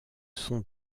sont